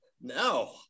No